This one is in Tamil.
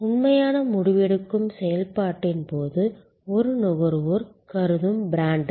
உண்மையான முடிவெடுக்கும் செயல்பாட்டின் போது ஒரு நுகர்வோர் கருதும் பிராண்டுகள்